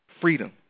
freedom